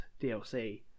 DLC